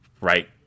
right